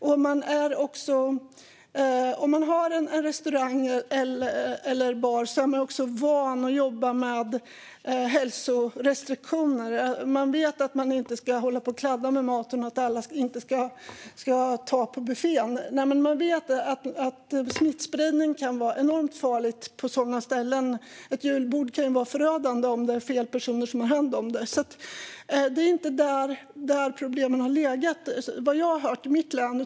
Om man har en restaurang eller bar är man också van vid att jobba med hälsorestriktioner. Man vet att man inte ska hålla på och kladda med maten och att alla inte ska ta på buffén. Man vet att det kan vara enormt farligt med smittspridning på sådana ställen. Ett julbord kan vara förödande om det är fel personer som har hand om det. Det är alltså inte där problemen har legat, vad jag har hört i mitt län.